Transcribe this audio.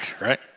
right